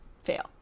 fail